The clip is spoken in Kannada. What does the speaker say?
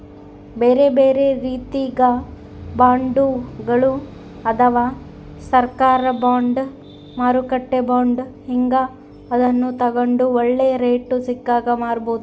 ಬೇರೆಬೇರೆ ರೀತಿಗ ಬಾಂಡ್ಗಳು ಅದವ, ಸರ್ಕಾರ ಬಾಂಡ್, ಮಾರುಕಟ್ಟೆ ಬಾಂಡ್ ಹೀಂಗ, ಅದನ್ನು ತಗಂಡು ಒಳ್ಳೆ ರೇಟು ಸಿಕ್ಕಾಗ ಮಾರಬೋದು